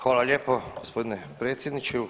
Hvala lijepo gospodine predsjedniče.